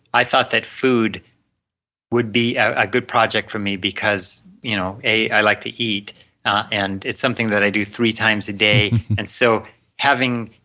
i thought that food would be a good project for me because you know a, i like to eat and it's something that i do three times a day and so having,